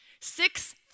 six